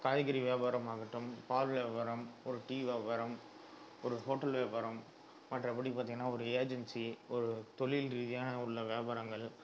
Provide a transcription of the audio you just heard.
காய்கறி வியாபாரம் ஆகட்டும் பால் வியாபாரம் ஒரு டீ வியாபாரம் ஒரு ஹோட்டல் வியாபாரம் மற்றபடி பார்த்தீங்கன்னா ஒரு ஏஜென்சி ஒரு தொழில் ரீதியான உள்ள வியாபாரங்கள்